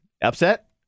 Upset